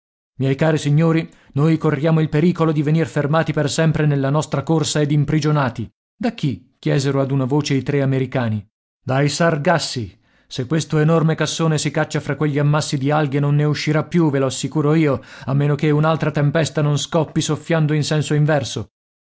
miei cari signori noi corriamo il pericolo di venir fermati per sempre nella nostra corsa ed imprigionati da chi chiesero ad una voce i tre americani dai sargassi se questo enorme cassone si caccia fra quegli ammassi di alghe non ne uscirà più ve lo assicuro io a meno che un'altra tempesta non scoppi soffiando in senso inverso